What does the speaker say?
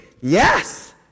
Yes